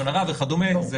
לשון הרע, וכדומה.